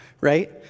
right